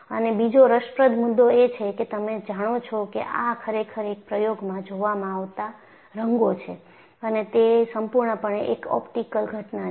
અને બીજો રસપ્રદ મુદ્દો એ છે કે તમે જાણો છો કે આ ખરેખર એક પ્રયોગમાં જોવામાં આવતા રંગો છે અને તે સંપૂર્ણપણે એક ઓપ્ટિકલ ઘટના છે